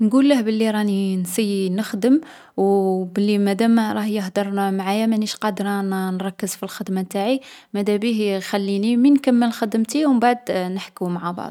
نقوله بلي راني نسيي نخدم او بلي مادام راه يهدر معايا مانيش قادرة نـ نركّز في الخدمة نتاعي، مادابيه يخليني من نكمّل خدمتي و مبعد نحكو مع بعض.